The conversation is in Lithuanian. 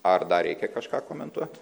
ar dar reikia kažką komentuot